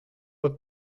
boa